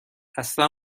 اصلا